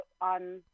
on